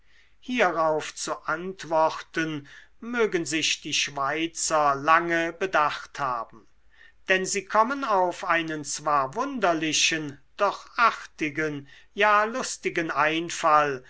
hierauf zu antworten mögen sich die schweizer lange bedacht haben denn sie kommen auf einen zwar wunderlichen doch artigen ja lustigen einfall